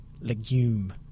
Legume